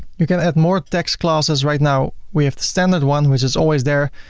you can add more tax classes. right now, we have the standard one which is always there,